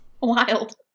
Wild